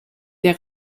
der